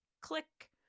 click